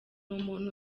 umuntu